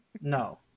No